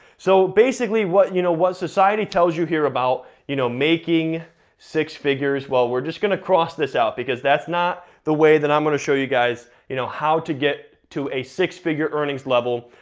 so basically what you know what society tells you here about you know making six figures, well we're just gonna cross this out because that's not the way that i'm gonna show you guys you know how to get to a six figure earnings level.